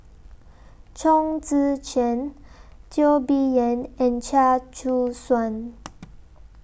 Chong Tze Chien Teo Bee Yen and Chia Choo Suan